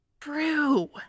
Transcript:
True